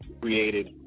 created